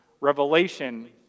Revelation